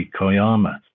Koyama